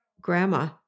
Grandma